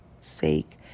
sake